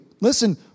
listen